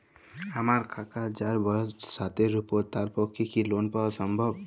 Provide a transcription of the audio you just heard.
আমার কাকা যাঁর বয়স ষাটের উপর তাঁর পক্ষে কি লোন পাওয়া সম্ভব?